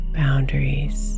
boundaries